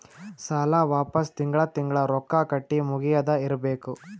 ಸಾಲ ವಾಪಸ್ ತಿಂಗಳಾ ತಿಂಗಳಾ ರೊಕ್ಕಾ ಕಟ್ಟಿ ಮುಗಿಯದ ಇರ್ಬೇಕು